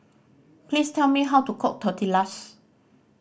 please tell me how to cook Tortillas